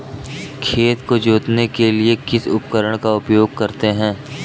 खेत को जोतने के लिए किस उपकरण का उपयोग करते हैं?